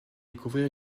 découvrir